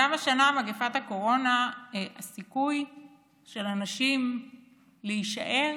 גם השנה, במגפת הקורונה, הסיכוי של אנשים להישאר